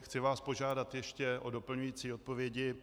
Chci vás požádat ještě o doplňující odpovědi.